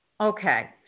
Okay